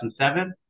2007